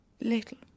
little